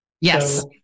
Yes